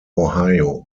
ohio